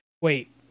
Wait